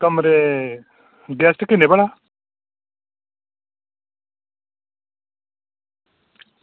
कमरे गेस्ट किन्ने न भला